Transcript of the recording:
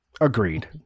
agreed